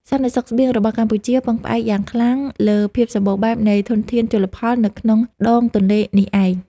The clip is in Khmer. សន្តិសុខស្បៀងរបស់កម្ពុជាពឹងផ្អែកយ៉ាងខ្លាំងលើភាពសម្បូរបែបនៃធនធានជលផលនៅក្នុងដងទន្លេនេះឯង។